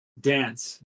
dance